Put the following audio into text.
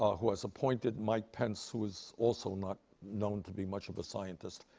ah who has appointed mike pence, who is also not known to be much of a scientist.